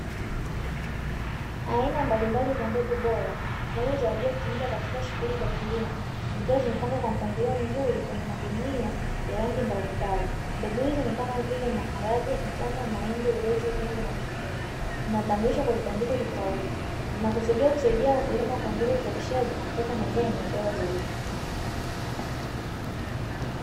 Aina mbalimbali za mbegu bora, zinazotarajiwa kutumika katika shughuli za kilimo, zikiwa zimepangwa kwa mpangilio mzuri kwenye magunia ya rangi mbalimbali. Mbegu hizi ni kama vile maharage, mtama, mahindi, ulezi, dengu na nyinginezo, zinatambulishwa kwa kwa vibandiko tofauti, zinakusudiwa kusaidia wakulima kuongeza uzalishaji, na kupata mazao yenye ubora zaidi.